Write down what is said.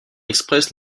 express